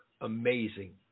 amazing